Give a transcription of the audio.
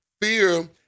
Fear